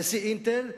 נשיא "אינטל",